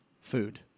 food